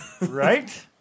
Right